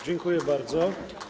Dziękuję bardzo.